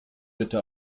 bitte